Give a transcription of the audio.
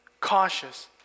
cautious